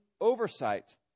oversight